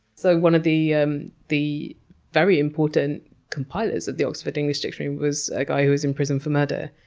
so, one of the um the very important compilers of the oxford english dictionary was a guy who was in prison for murder.